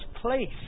place